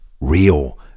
real